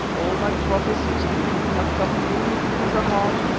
all my prophecies to you have come true, macumazahn,